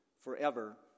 forever